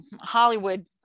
Hollywood